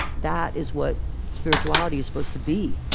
that is what spirituality is supposed to be.